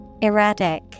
Erratic